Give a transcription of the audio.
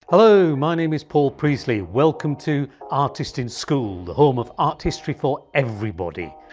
hello, my name is paul priestley, welcome to artist in school the home of art history for everybody.